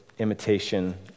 Imitation